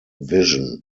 vision